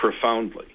profoundly